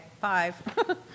five